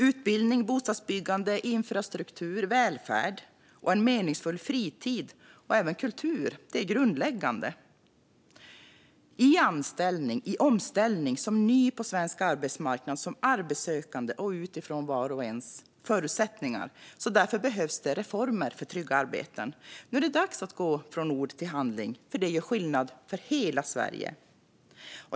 Utbildning, bostadsbyggande, infrastruktur, välfärd, en meningsfull fritid och även kultur är grundläggande i anställning, i omställning, som ny på svensk arbetsmarknad, som arbetssökande och utifrån vars och ens förutsättningar. Därför behövs det reformer för trygga arbeten. Nu är det dags att gå från ord till handling. Det gör skillnad för hela Sverige.